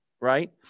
right